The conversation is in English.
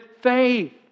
faith